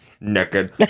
Naked